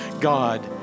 God